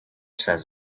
says